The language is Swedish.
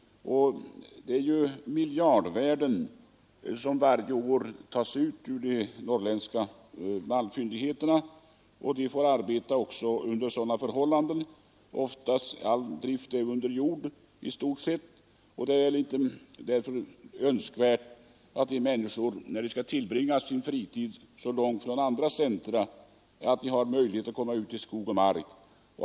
Det är ju miljardvärden som varje år tas ut ur de norrländska malmfyndigheterna, och människorna arbetar under svåra förhållanden; ofta är all drift under jorden. Det är därför önskvärt att dessa människor kan få möjlighet att tillbringa sin fritid genom att resa till andra orter och genom att få komma ut i skog och mark.